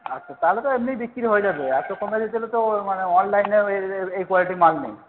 আচ্ছা তাহলে তো এমনিই বিক্রি হয়ে যাবে এত কমে দিতে হলে তো মানে অনলাইনে এই কোয়ালিটির মাল নেই